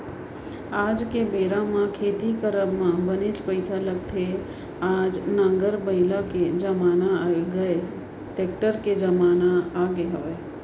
आज के बेरा म खेती करब म बनेच पइसा लगथे आज नांगर बइला के जमाना गय टेक्टर के जमाना आगे हवय